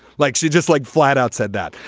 like, she just, like, flat out said that.